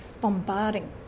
bombarding